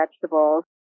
vegetables